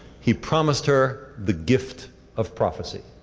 he promised her the gift of prophecy.